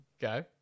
Go